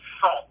Salt